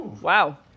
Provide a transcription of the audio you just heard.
Wow